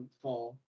fall